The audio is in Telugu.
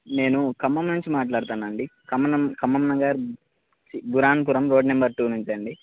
నేను ఖమ్మం నుంచి మాట్లాడుతున్నాను అండి ఖమం మ్మం నగర్ గురాంగపురం రోడ్ నెంబర్ టూ నుంచి అండి